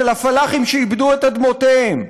של הפלאחים שאיבדו את אדמותיהם?